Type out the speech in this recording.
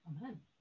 Amen